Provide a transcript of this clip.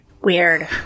Weird